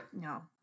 no